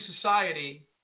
society